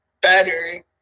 better